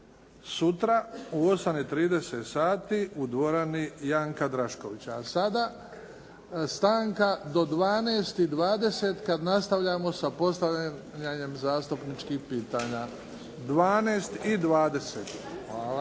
sutra u 8 i 30 sati u dvorani Janka Draškovića. A sada stanka do 12 i 20 kada nastavljamo sa postavljanjem zastupničkih pitanja. 12 i 20. Hvala.